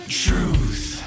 truth